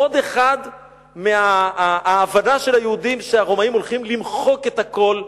עוד מההבנה של היהודים שהרומאים הולכים למחוק את הכול,